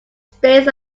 stays